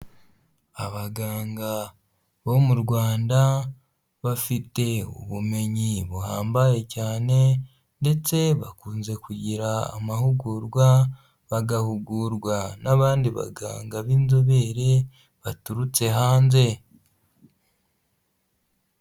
Abaganga bo mu Rwanda, bafite ubumenyi buhambaye cyane, ndetse bakunze kugira amahugurwa bagahugurwa n'abandi baganga b'inzobere baturutse hanze.